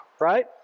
right